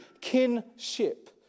kinship